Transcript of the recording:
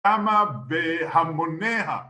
אמה בהמונייה